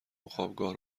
وخوابگاه